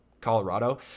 Colorado